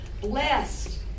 Blessed